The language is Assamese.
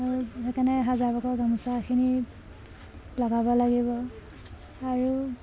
মোৰ সেইকাৰণে হাজাৰ পকোৱা গামোচাখিনি লগাব লাগিব আৰু